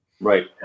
Right